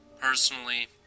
personally